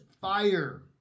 fire